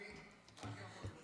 וואי, היא עולה עצבנית.